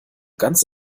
ganz